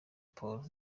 paul